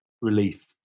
relief